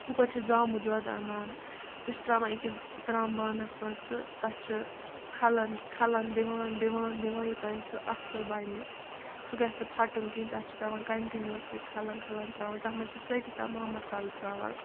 ہُپٲرۍ چھِ زامہٕ دۄد اَنان سُہ چھِ ترٛاوان أکِس ترٛام بانَس منٛز تہٕ تَتھ چھِ کھَلَن کھَلَن دِوان دِوان دِوان دِوان یوٚتانۍ سُہ اَصٕل بَنہِ سُہ گژھِ نہٕ پھَٹُن کِہیٖنۍ تَتھ چھِ پٮ۪وان کَنٹِنیوٗوَسلی کھَلَن کھَلَن ترٛاوٕنۍ تَتھ منٛز چھِ سٲری تمام مصالہٕ ترٛاوان